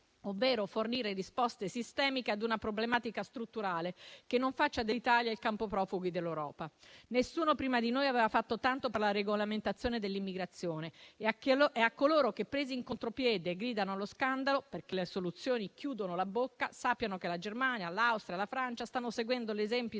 ovvero fornire risposte sistemiche a una problematica strutturale che non faccia dell'Italia il campo profughi dell'Europa. Nessuno prima di noi aveva fatto tanto per la regolamentazione dell'immigrazione e coloro che, presi in contropiede, gridano allo scandalo, perché le soluzioni chiudono la bocca, sappiano che la Germania, l'Austria e la Francia stanno seguendo l'esempio italiano